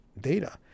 data